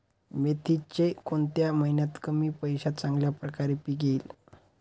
मेथीचे कोणत्या महिन्यात कमी पैशात चांगल्या प्रकारे पीक येईल?